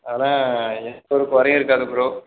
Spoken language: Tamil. ஆனால் எந்த ஒரு குறையும் இருக்காது ப்ரோ